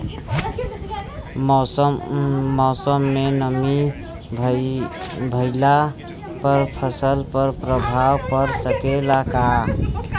मौसम में नमी भइला पर फसल पर प्रभाव पड़ सकेला का?